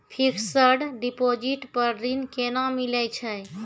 Fixed deposit पर ऋण केना मिलै छै?